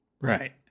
right